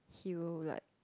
he will like